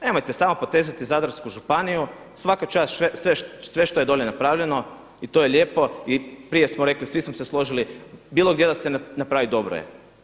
Nemojte samo potezati Zadarsku županiju, svaka čast, sve što je dolje napravljeno i to je lijepo i prije smo rekli, svi smo se složili, bilo gdje da se napravi dobro je.